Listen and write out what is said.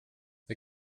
det